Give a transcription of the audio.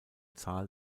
zahl